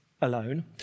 alone